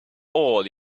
all